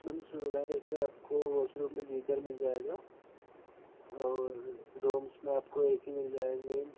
ma'am सुविधाएँ जैसे आपको वॉशरूम में गीजर मिल जाएगा और रूम्स में आपको ए सी मिल जाएगी